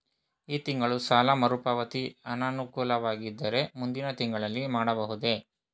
ಈ ತಿಂಗಳು ಸಾಲ ಮರುಪಾವತಿ ಅನಾನುಕೂಲವಾಗಿದ್ದರೆ ಮುಂದಿನ ತಿಂಗಳಲ್ಲಿ ಮಾಡಬಹುದೇ?